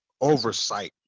oversight